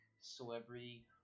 celebrity